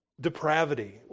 depravity